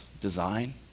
design